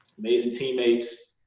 amazing teammates,